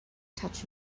touch